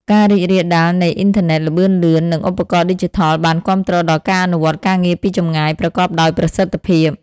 ការរីករាលដាលនៃអ៊ីនធឺណិតល្បឿនលឿន និងឧបករណ៍ឌីជីថល បាន គាំទ្រដល់ការអនុវត្តការងារពីចម្ងាយ ប្រកបដោយប្រសិទ្ធភាព។